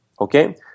Okay